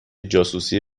جاسوسی